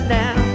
now